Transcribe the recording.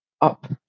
up